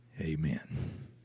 Amen